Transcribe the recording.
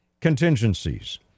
contingencies